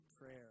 prayer